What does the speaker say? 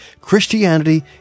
Christianity